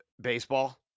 baseball